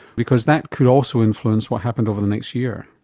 because that could also influence what happened over the next year.